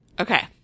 Okay